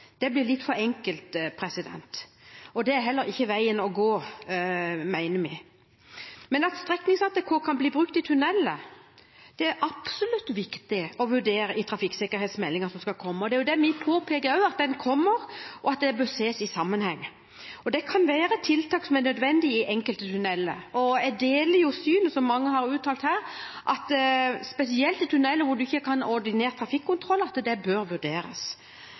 Det blir litt for enkelt, og det er heller ikke veien å gå, mener vi. Men at streknings-ATK kan bli brukt i tuneller, er absolutt viktig å vurdere i trafikksikkerhetsmeldingen som skal komme. Det er også det vi påpeker, at den kommer, og at det bør ses i sammenheng. Det kan være et tiltak som er nødvendig i enkelte tuneller, og jeg deler synet som mange har uttalt her, at det bør vurderes spesielt i tuneller hvor en ikke kan ha ordinær trafikkontroll. Men så blir det også referert til fart, at